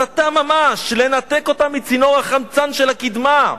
הסתה ממש, "לנתק אותם מצינור החמצן של הקדמה,